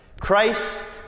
Christ